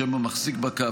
שם המחזיק בקו,